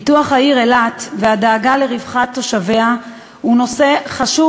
פיתוח העיר אילת והדאגה לרווחת תושביה הם נושא חשוב